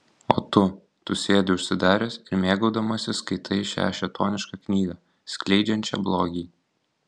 o tu tu sėdi užsidaręs ir mėgaudamasis skaitai šią šėtonišką knygą skleidžiančią blogį